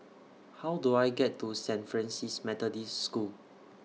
How Do I get to Saint Francis Methodist School